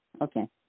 Okay